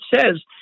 says